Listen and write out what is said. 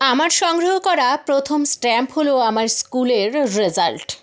আমার সংগ্রহ করা প্রথম স্ট্যাম্প হল আমার স্কুলের রেজাল্ট